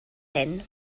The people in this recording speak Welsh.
hyn